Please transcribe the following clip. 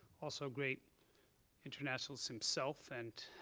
also a great internationalist himself and